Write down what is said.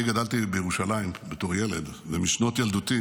אני גדלתי בירושלים בתור ילד, ומשנות ילדותי